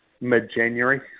mid-January